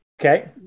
Okay